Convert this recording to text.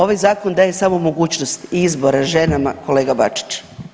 Ovaj zakon daje samo mogućnost izbora ženama kolega Bačić.